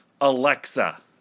Alexa